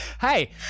Hey